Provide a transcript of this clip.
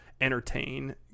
entertain